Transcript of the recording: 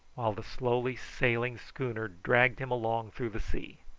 while the slowly-sailing schooner dragged him along through the sea.